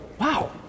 Wow